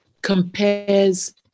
compares